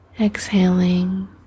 Exhaling